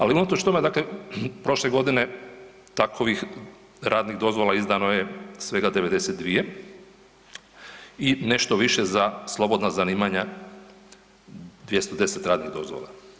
Ali unatoč tome prošle godine takovih radnih dozvola izdano je svega 92 i nešto više za slobodna zanimanja 210 radnih dozvola.